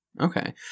Okay